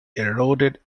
eroded